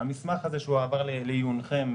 המסמך שהועבר לעיונכם,